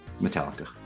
Metallica